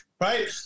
right